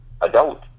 adult